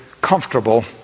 comfortable